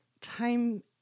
time